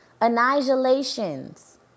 Annihilation's